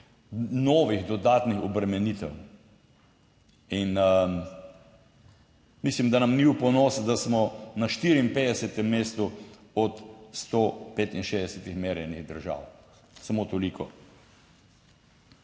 novih dodatnih obremenitev. In mislim, da nam ni v ponos, da smo na 54. mestu od 165 merjenih držav. Samo toliko.